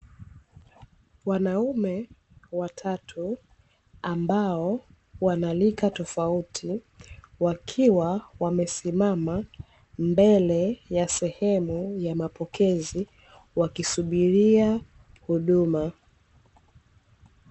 Wanaume watatu ambao wanalika tofauti, wakiwa wamesimama mbele ya sehemu ya mapokezi wakisubiria huduma.